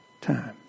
time